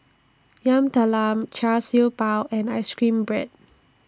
Yam Talam Char Siew Bao and Ice Cream Bread